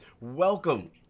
Welcome